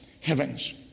heavens